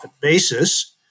basis